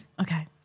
Okay